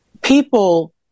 People